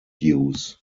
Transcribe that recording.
use